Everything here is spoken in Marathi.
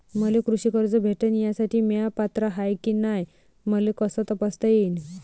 मले कृषी कर्ज भेटन यासाठी म्या पात्र हाय की नाय मले कस तपासता येईन?